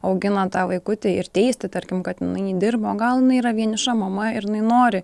auginant tą vaikutį ir teisti tarkim kad jinai nedirbo gal jinai yra vieniša mama ir jinai nori